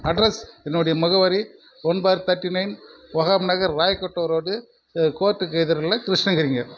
address என்னுடைய முகவரி one four thirty nine Wahab Nagar Rayakuppam road கோர்ட்டுக்கு எதிரில் கிருஷ்ணகிரிங்க